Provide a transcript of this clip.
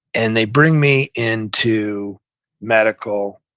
and they bring me into medical.